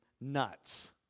nuts